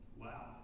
Wow